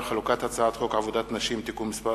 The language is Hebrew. חלוקת הצעת חוק עבודת נשים (תיקון מס'